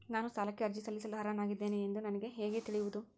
ನಾನು ಸಾಲಕ್ಕೆ ಅರ್ಜಿ ಸಲ್ಲಿಸಲು ಅರ್ಹನಾಗಿದ್ದೇನೆ ಎಂದು ನನಗೆ ಹೇಗೆ ತಿಳಿಯುವುದು?